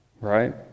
right